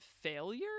failure